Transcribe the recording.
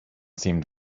seemed